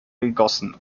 gegossen